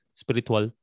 spiritual